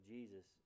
Jesus